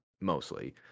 mostly